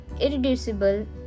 irreducible